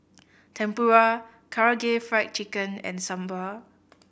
Tempura Karaage Fried Chicken and Sambar